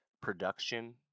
production